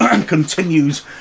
continues